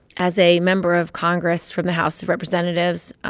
as a member of congress from the house of representatives,